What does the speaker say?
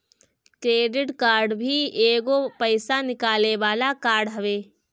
credit card भी एगो पईसा निकाले वाला कार्ड हवे